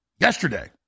yesterday